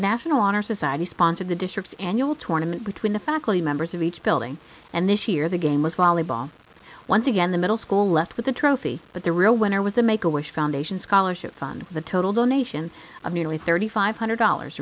national honor society sponsored the district's annual tournament between the faculty members of each building and this year the game was volleyball once again the middle school left with the trophy but the real winner was the make a wish foundation scholarship fund the total donation of nearly thirty five hundred dollars